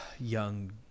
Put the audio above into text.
young